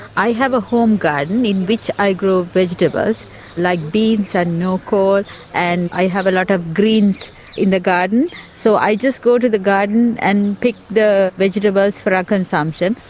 i have a home garden in which i grow vegetables like beans and noco ah and i have a lot of greens in the garden so i just go to the garden and pick the vegetables for our consumption.